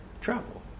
travel